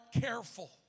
careful